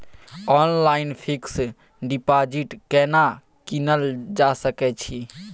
Online fix deposit केना कीनल जा सकै छी?